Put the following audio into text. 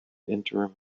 interim